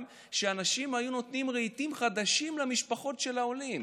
אנשים היו נותנים רהיטים חדשים למשפחות של העולים.